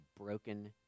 broken